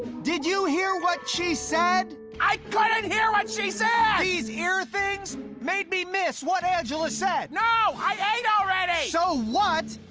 did you hear what she said? i couldn't hear what she said! these ear things made me miss what angela said! no! i ate already! so what!